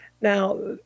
Now